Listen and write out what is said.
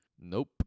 Nope